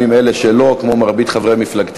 2010, נתקבלה.